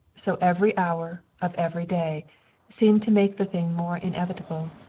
so every hour of every day seemed to make the thing more inevitable.